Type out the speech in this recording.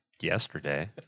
yesterday